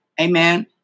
Amen